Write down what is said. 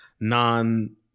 non